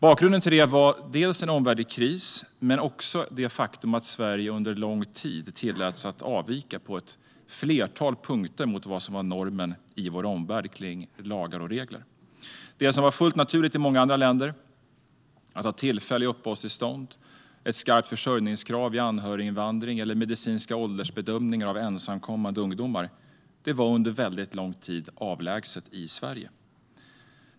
Bakgrunden till det var en omvärld i kris, men också det faktum att Sverige under lång tid på ett flertal punkter tilläts avvika från normen i vår omvärld när det gäller lagar och regler. Det som var fullt naturligt i många andra länder - tillfälliga uppehållstillstånd, ett skarpt försörjningskrav vid anhöriginvandring och medicinska åldersbedömningar av ensamkommande ungdomar - var under lång tid avlägset i Sverige.